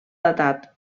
datat